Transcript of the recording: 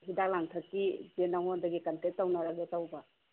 ꯍꯤꯗꯥꯛ ꯂꯥꯡꯊꯛꯀꯤꯁꯦ ꯅꯪꯉꯣꯟꯗꯒꯤ ꯀꯟꯇꯦꯛ ꯇꯧꯅꯔꯒꯦ ꯇꯧꯕ